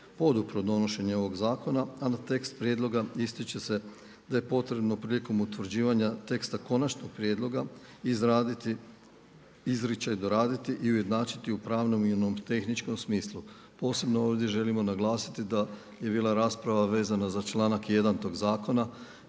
podupro donošenje ovog zakona, a na tekst prijedloga ističe se da je potrebno prilikom utvrđivanja teksta konačnog prijedloga izraditi, izričaj doraditi i ujednačiti u pravnom i u nomotehničkom smislu. Posebno ovdje želimo naglasiti da je bila rasprava vezana za članak 1. tog zakona